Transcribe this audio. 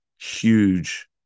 huge